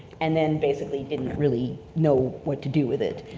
and then basically didn't really know what to do with it.